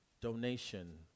donation